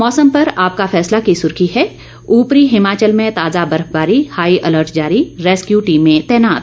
मौसम पर आपका फैसला की सुर्खी है उपरी हिमाचल में ताजा बर्फबारी हाई अलर्ट जारी रेस्क्यू टीमें तैनात